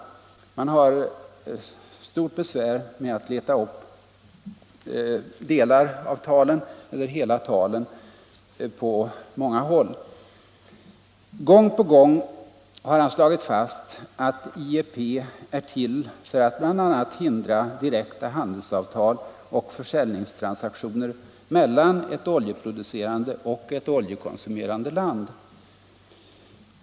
Det är nu en mödosam uppgift att leta upp delar av talen eller hela talen på många håll. Gång på gång har Kissinger slagit fast att IEP är till för att bl.a. hindra direkta handelsavtal och försäljningstransaktioner mellan ett oljeproducerande och ett oljekonsumerande land.